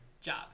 Job